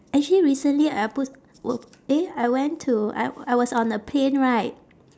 actually recently I p~ w~ eh I went to I I was on a plane right